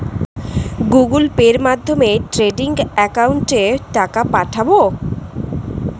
Google পের মাধ্যমে trading একাউন্টে টাকা পাঠাবো?